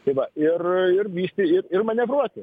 tai va ir ir vysty ir manevruoti